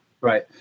Right